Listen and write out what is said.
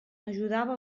ajudava